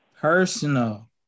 Personal